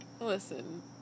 Listen